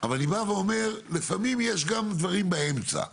אבל אני בא ואומר לפעמים יש גם דברים באמצע,